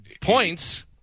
Points